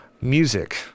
Music